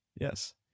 yes